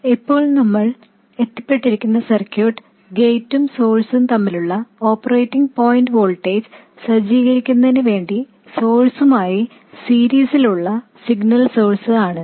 നമ്മൾ ഇപ്പോൾ എത്തിപ്പെട്ടിരിക്കുന്ന സർക്യൂട്ട് ഇവിടെ ഗേറ്റും സോഴ്സും തമ്മിലുള്ള ഓപ്പറേറ്റിംഗ് പോയിന്റ് വോൾട്ടേജ് സജ്ജീകരിക്കുന്നതിനു വേണ്ടി സോഴ്സുമായി സീരീസിലുള്ള സിഗ്നൽ സോഴ്സ് ആയിരുന്നു